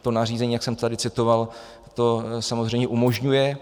To nařízení, jak jsem tady citoval, to samozřejmě umožňuje.